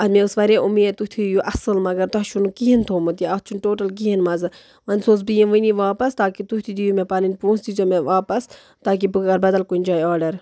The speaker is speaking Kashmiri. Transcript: اَدٕ مےٚ ٲس واریاہ اُمید تُہۍ تھٲیِو اَصٕل مگر تۄہہِ چھُنہٕ کِہیٖنٛۍ تھوٚومُت اَتھ چھُنہٕ ٹوٹَل کِہیٖنٛۍ مَزٕ وۅنۍ سوزٕ بہٕ یِم وُنی واپَس تاکہِ تُہۍ تہِ دِیِو مےٚ پَنٕنۍ پۅنٛسہٕ دیٖزیٚو واپَس تاکہِ بہٕ کَرٕ بدل کُنہِ جایہِ آرڈَر